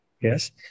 Yes